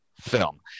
film